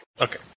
Okay